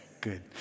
Good